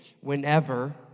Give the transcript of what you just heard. whenever